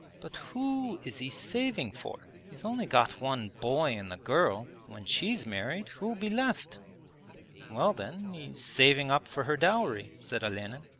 but who is he saving for? he's only got one boy and the girl when she's married who'll be left well then, he's saving up for her dowry said olenin.